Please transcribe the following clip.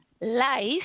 Life